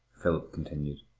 philip continued.